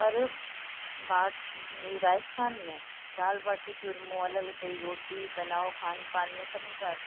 पर भार राजस्थान में दाल भाटी चूरमो अलॻि अलॻि तरह जी रोटी पहनावो खान पान में सभिनि खां